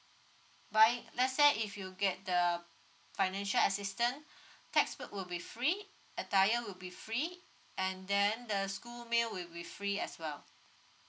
buying let say if you get the financial assistance textbook will be free attire will be free and then the school meal will be free as well